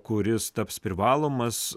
kuris taps privalomas